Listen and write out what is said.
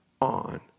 on